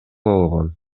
болгон